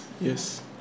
Yes